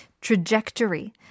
trajectory